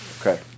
Okay